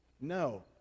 No